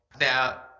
Now